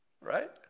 right